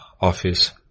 office